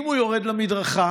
אם הוא יורד למדרכה,